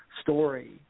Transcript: story